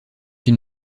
une